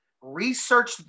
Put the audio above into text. research